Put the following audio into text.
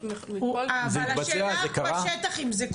זה קרה?